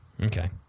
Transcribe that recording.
Okay